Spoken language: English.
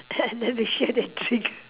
and then we share the drink